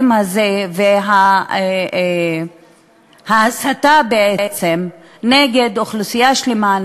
הזה וההסתה בעצם נגד אוכלוסייה שלמה,